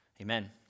Amen